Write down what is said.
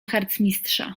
harcmistrza